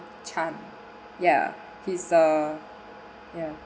chan ya he's uh ya